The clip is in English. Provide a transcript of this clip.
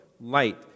light